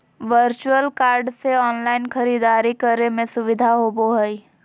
virtual card से online खरीदारी करे में सुबधा होबो हइ